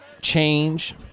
change